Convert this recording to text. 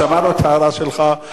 שמענו את ההערה שלך,